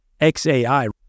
xai